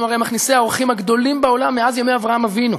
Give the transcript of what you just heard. אנחנו הרי מכניסי האורחים הגדולים בעולם מאז ימי אברהם אבינו.